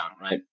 right